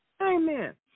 Amen